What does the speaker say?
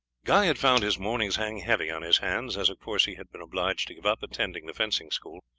guy had found his mornings hang heavy on his hands, as of course he had been obliged to give up attending the fencing-school.